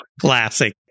Classic